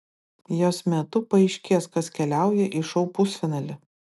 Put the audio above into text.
jos metu paaiškės kas keliauja į šou pusfinalį